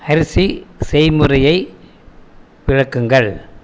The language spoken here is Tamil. அரிசி செய்முறையை விளக்குங்கள்